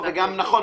נכון.